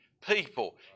people